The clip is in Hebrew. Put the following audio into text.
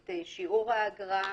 את שיעור האגרה,